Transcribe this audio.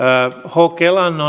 hok elannon